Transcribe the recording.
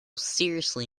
seriously